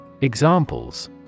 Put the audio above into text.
Examples